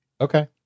Okay